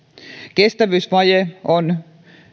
kestävyysvaje on